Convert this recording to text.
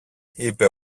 είπε